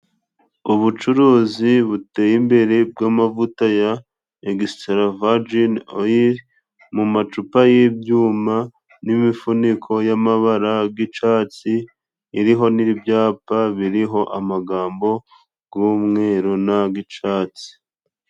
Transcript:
Ubucuruzi buteye imbere bw'amavuta ya Egisitara vajini oyili, mu macupa y'ibyuma n'imifuniko y'amabara g'icatsi iriho n'ibyapa biriho amagambo g'umweru na g'icatsi.